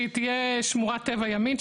הודיעו שהיא תהיה שמורת טבע ימית,